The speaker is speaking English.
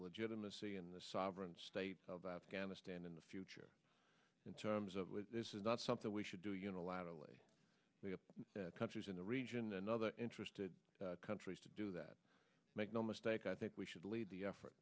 legitimacy in the sovereign state of afghanistan in the future in terms of this is not something we should do unilaterally we have countries in the region and other interested countries to do that make no mistake i think we should lead the effort